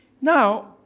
Now